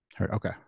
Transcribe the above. Okay